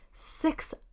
Six